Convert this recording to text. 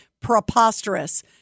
preposterous